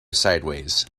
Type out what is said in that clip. sideways